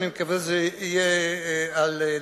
ואני מקווה שזה יהיה על דעתך.